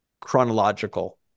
chronological